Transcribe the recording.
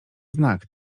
znak